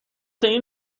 این